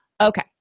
Okay